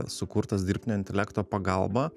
sukurtas dirbtinio intelekto pagalba